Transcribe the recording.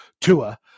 Tua